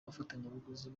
bafatabuguzi